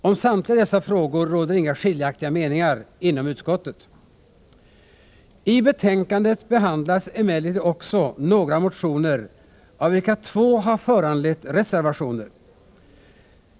Om samtliga dessa frågor råder inga skiljaktiga meningar inom utskottet. I betänkandet behandlas emellertid några motioner av vilka två har föranlett reservationer.